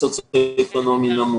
בסוציו-אקונומי נמוך.